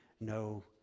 no